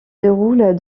déroule